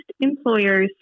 employers